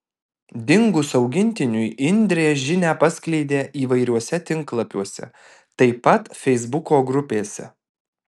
dingus augintiniui indrė žinią paskleidė įvairiuose tinklapiuose taip pat feisbuko grupėse